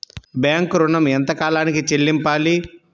Bank ఋణం ఎంత కాలానికి చెల్లింపాలి?